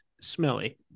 smelly